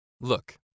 Look